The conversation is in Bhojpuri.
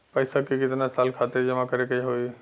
पैसा के कितना साल खातिर जमा करे के होइ?